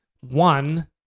one